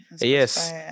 yes